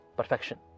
perfection